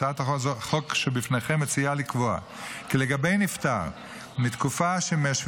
הצעת החוק שבפניכם מציעה לקבוע כי לגבי נפטר מתקופה שמ-7